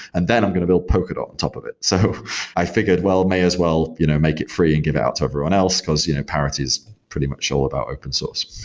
and then i'm going to build polkadot on top of it. so i figures, well, i may as well you know make it free and give out to everyone else, because you know parity is pretty much all about open source.